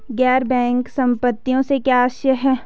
गैर बैंकिंग संपत्तियों से क्या आशय है?